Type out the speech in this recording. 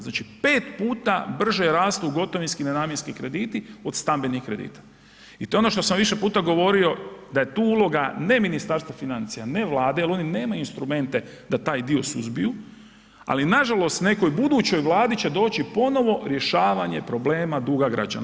Znači 5 puta brže rastu gotovinski nenamjenski krediti od stambenih kredita i to je ono što sam više puta govorio da je tu uloga ne Ministarstva financija, ne vlade, jer oni nemaju instrumente da taj dio suzbiju, ali nažalost nekoj budućoj vladi će doći ponovo rješavanje problema duga građana.